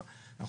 רביזיה,